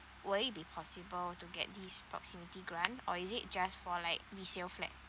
would it be possible to get this proximity grant or is it just for like resale flat